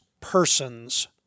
persons